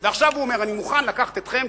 ועכשיו הוא אומר: אני מוכן לקחת אתכם,